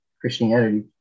Christianity